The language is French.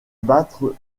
battre